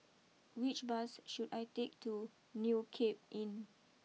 which bus should I take to new Cape Inn